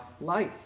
life